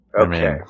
Okay